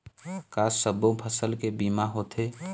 का सब्बो फसल के बीमा होथे?